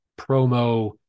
promo